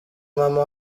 mama